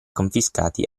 confiscati